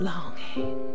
Longing